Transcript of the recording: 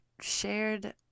shared